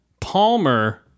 Palmer